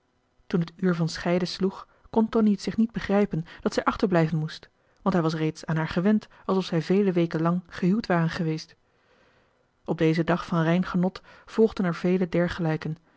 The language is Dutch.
toen het uur van scheiden sloeg kon tonie t zich niet begrijpen dat zij achterblijven moest want hij was reeds aan haar gewend alsof zij vele weken lang gehuwd waren geweest op dezen dag van rein genot volgden er vele dergegelijken